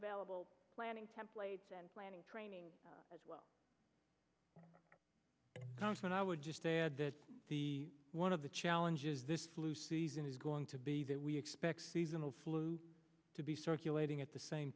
available planning templates and planning training as well conference i would just add that the one of the challenges this flu season is going to be that we expect seasonal flu to be circulating at the same